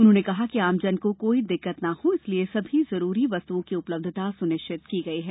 उन्होंने कहा कि आमजन को कोई दिक्कत न हो इसलिए सभी जरूरी वस्तुओं की उपलब्धता सुनिश्चित की गई है